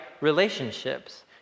relationships